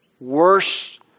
Worse